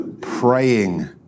praying